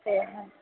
சரிண்ண